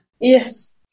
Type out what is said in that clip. Yes